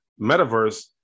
metaverse